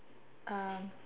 um